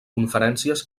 conferències